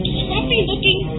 scruffy-looking